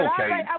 Okay